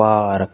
park